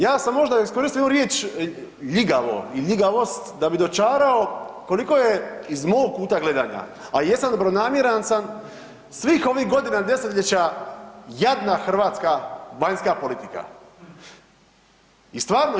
Ja sam možda iskoristio ovu riječ „ljigavo“ i „ljigavost“ da bi dočarao koliko je iz mog kuta gledanja, a jesam dobronamjeran sam, svih ovih godina i desetljeća jadna hrvatska vanjska politika i stvarno je.